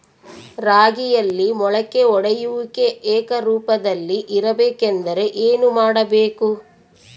ರಾಗಿಯಲ್ಲಿ ಮೊಳಕೆ ಒಡೆಯುವಿಕೆ ಏಕರೂಪದಲ್ಲಿ ಇರಬೇಕೆಂದರೆ ಏನು ಮಾಡಬೇಕು?